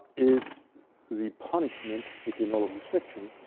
is the punishment, within all of this fiction,